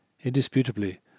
Indisputably